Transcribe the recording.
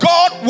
God